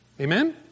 Amen